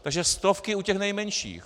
Takže stovky u těch nejmenších.